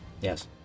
Yes